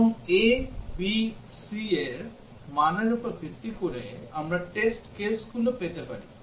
এবং a b c এর মানের উপর ভিত্তি করে আমরা test case গুলো পেতে পারি